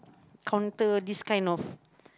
counter this kind of